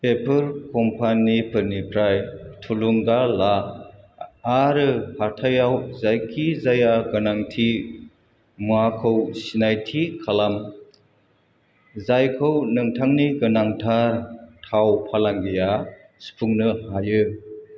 बेफोर कम्पानिफोरनिफ्राय थुलुंगा ला आरो हाथायाव जायखि जाया गोनांथि मुवाखौ सिनायथि खालाम जायखौ नोंथांनि गोनांथार थाव फालांगिया सुफुंनो हायो